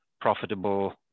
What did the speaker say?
profitable